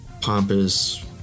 pompous